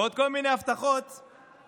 ועוד כל מיני הבטחות שהבטחתם.